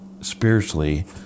spiritually